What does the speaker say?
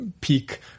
peak